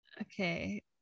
okay